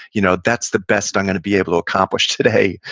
you know that's the best i'm going to be able to accomplish today,